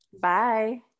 Bye